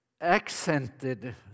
accented